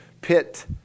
pit